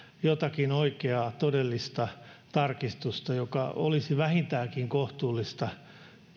jotakin oikeaa todellista tarkistusta olisi vähintäänkin kohtuullista